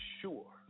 sure